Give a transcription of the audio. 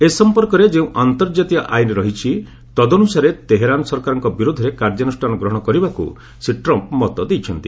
ଏ ସମ୍ପର୍କରେ ଯେଉଁ ଅନ୍ତର୍ଜାତୀୟ ଆଇନ ରହିଛି ତଦନୁସାରେ ତେହେରାନ୍ ସରକାରଙ୍କ ବିରୋଧରେ କାର୍ଯ୍ୟନୁଷ୍ଠାନ ଗ୍ରହଣ କରିବାକୁ ଶ୍ରୀ ଟ୍ରମ୍ପ୍ ମତ ଦେଇଛନ୍ତି